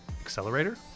Accelerator